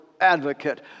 advocate